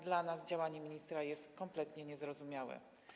Dla nas działanie ministra jest kompletnie niezrozumiałe.